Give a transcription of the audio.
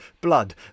blood